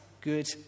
good